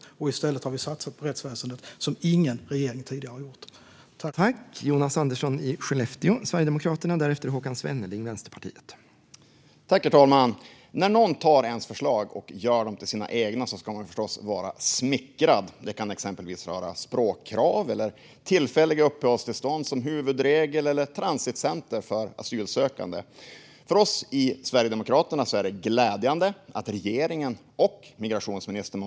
Vi har i stället satsat som ingen regering tidigare har gjort på rättsväsendet.